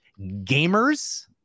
gamers